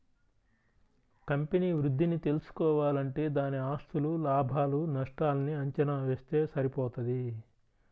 company వృద్ధిని తెల్సుకోవాలంటే దాని ఆస్తులు, లాభాలు నష్టాల్ని అంచనా వేస్తె సరిపోతది